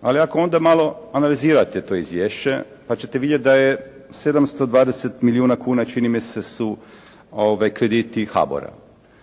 Ali ako onda malo analizirate to izvješće, pa ćete vidjeti da je 720 milijuna kuna čini mi se su krediti HABOR-a.